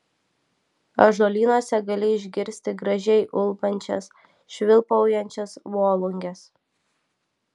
ąžuolynuose gali išgirsti gražiai ulbančias švilpaujančias volunges